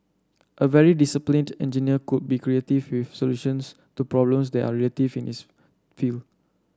a very disciplined engineer could be creative with solutions to problems that are relative in his field